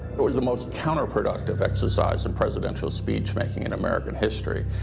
it was the most counterproductive exercise in presidential speechmaking in american history.